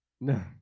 no